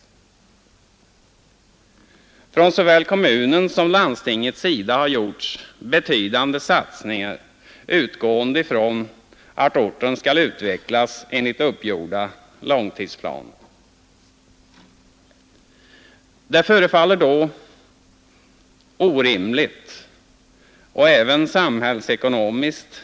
Torsdagen den Från såväl kommunens som landstingets sida har gjorts betydande 27 april 1972 satsningar utgående från att orten skall utvecklas enligt uppgjorda långtidsplaner. Det förefaller då orimligt och samhällsekonomiskt inte Ang.